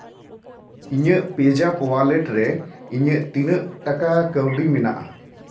ᱤᱧᱟᱹᱜ ᱯᱮᱡᱟᱯ ᱳᱣᱟᱞᱮᱴ ᱨᱮ ᱤᱧᱟᱹᱜ ᱛᱤᱱᱟᱹᱜ ᱴᱟᱠᱟ ᱠᱟᱹᱣᱰᱤ ᱢᱮᱱᱟᱜᱼᱟ